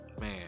man